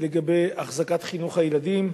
לגבי החזקת חינוך הילדים.